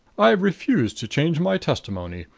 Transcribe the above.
i refuse to change my testimony.